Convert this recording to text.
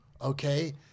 okay